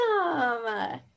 Awesome